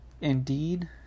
Indeed